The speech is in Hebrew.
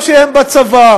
או שהם בצבא,